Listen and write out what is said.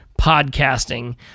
podcasting